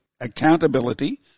accountability